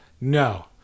No